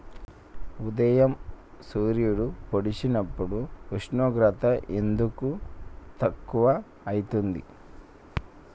ఉదయం సూర్యుడు పొడిసినప్పుడు ఉష్ణోగ్రత ఎందుకు తక్కువ ఐతుంది?